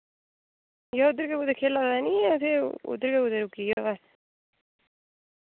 जां उद्धर गै कुतै खेला दा निं ऐ उद्धर गै कुते रुकी गेआ होऐ